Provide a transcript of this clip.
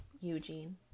Eugene